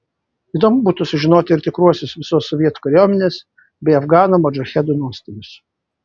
įdomu būtų sužinoti ir tikruosius visos sovietų kariuomenės bei afganų modžahedų nuostolius